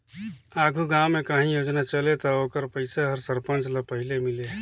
आघु गाँव में काहीं योजना चले ता ओकर पइसा हर सरपंच ल पहिले मिले